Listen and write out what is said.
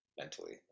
mentally